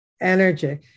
energy